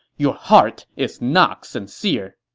your heart is not sincere!